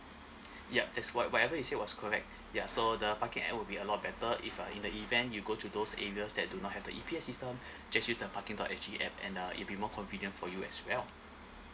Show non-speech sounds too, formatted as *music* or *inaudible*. *breath* yup that's what whatever you said was correct *breath* yeah so the parking app will be a lot better if uh in the event you go to those areas that do not have the E_P_S system *breath* just use the parking dot s g app and uh it'd be more convenient for you as well